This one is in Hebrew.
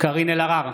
קארין אלהרר,